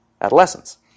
adolescence